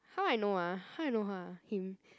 how I know ah how I know !huh! him